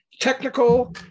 technical